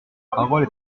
parole